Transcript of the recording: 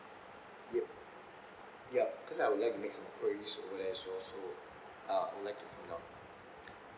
yup yup cause I would like to make some queries over there so so uh I'd like to come down